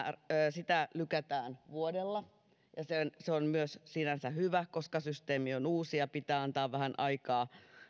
lykätään vuodella ja se on myös sinänsä hyvä koska systeemi on uusi ja pitää antaa vähän aikaa